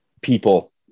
people